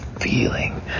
feeling